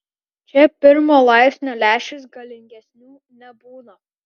čia pirmo laipsnio lęšis galingesnių nebūna